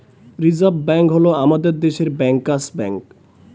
reserve bank হল আমাদের দেশের ব্যাঙ্কার্স ব্যাঙ্ক